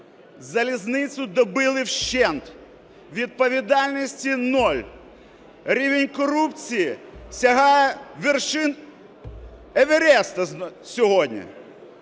Залізницю добили вщент, відповідальності – нуль, рівень корупції сягає вершин Евересту сьогодні.